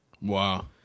Wow